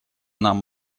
нам